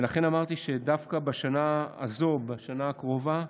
לכן אמרתי שדווקא בשנה הזו, בשנה הקרובה,